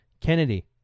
Kennedy